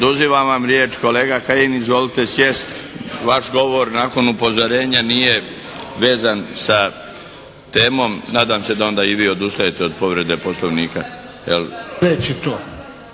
Oduzimam vam riječ. Kolega Kajin! Izvolite sjest. Vaš govor nakon upozorenja nije vezan sa temom. Nadam se da onda i vi odustajete od povrede Poslovnika, jel'.